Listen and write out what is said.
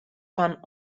fan